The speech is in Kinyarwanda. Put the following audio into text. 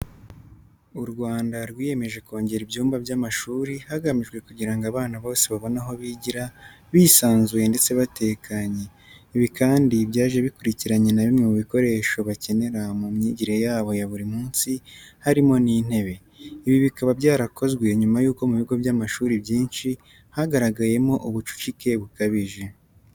U Rwanda rwiyemeje kongere ibyumba by'amashuri hagamijwe kugira ngo abana bose babone aho bigira, bisanzuye ndetse batekanye. Ibi kandi byaje bikurikiranye na bimwe mu bikoresho bakenera mu myigire yabo ya buri munsi harimo n'intebe. Ibi bikaba byarakozwe nyuma y'uko mu bigo by'amashuri byinshi bigaragayemo ubucucike bukabije.